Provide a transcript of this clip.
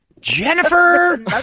Jennifer